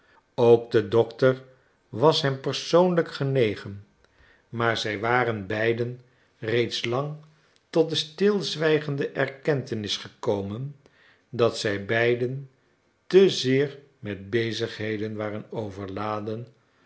ook de dokter was hem persoonlijk genegen maar zij waren beiden reeds lang tot de stilzwijgende erkentenis gekomen dat zij beiden te zeer met bezigheden waren overladen